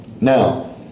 Now